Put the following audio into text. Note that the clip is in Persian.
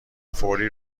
فوری